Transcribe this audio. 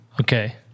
Okay